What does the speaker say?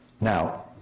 Now